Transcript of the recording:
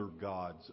gods